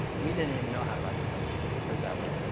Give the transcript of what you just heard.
we didn't even know how to write the press release. put it that way.